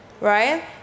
right